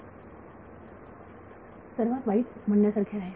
विद्यार्थी सर्वात वाईट म्हणण्यासारखे आहे